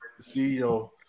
CEO